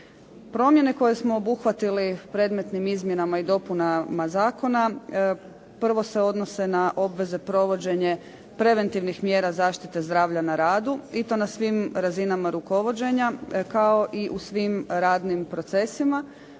Promjene koje smo obuhvatili predmetnim izmjenama i dopunama zakona prvo se odnose na obveze provođenja preventivnih mjera zaštite zdravlja na radu i to na svim razinama rukovođenja kao i u svim radnim procesima